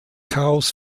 chaos